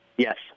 Yes